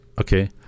Okay